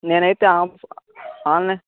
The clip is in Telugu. నేనయితే ఆఫ్ ఆన్లైన్